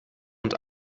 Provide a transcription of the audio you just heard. und